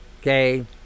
Okay